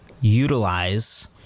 utilize